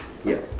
yup